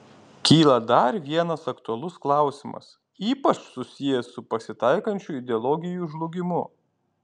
kyla dar vienas aktualus klausimas ypač susijęs su pasitaikančiu ideologijų žlugimu